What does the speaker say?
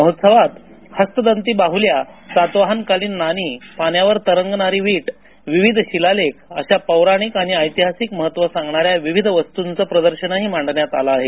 महोत्सवात हस्तिदंती बाह्ल्या सातवाहन कालीन नाणी पाण्यावर तरंगणारी वीट विविध शिलालेख अशा पौराणिक आणि ऐतिहासिक महत्त्व सांगणाऱ्या विविध वस्तुंचं प्रदर्शनही मांडण्यात आल आहे